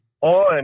on